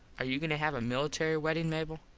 are you goin to have a military weddin, mable?